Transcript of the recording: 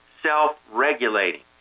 self-regulating